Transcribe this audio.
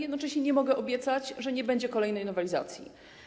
Jednocześnie nie mogę obiecać, że nie będzie kolejnej nowelizacji.